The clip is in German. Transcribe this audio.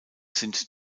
sind